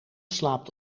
slaapt